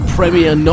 Premier